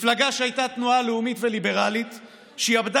מפלגה שהייתה תנועה לאומית וליברלית שיעבדה